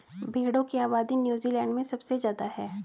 भेड़ों की आबादी नूज़ीलैण्ड में सबसे ज्यादा है